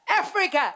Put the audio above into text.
Africa